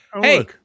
hey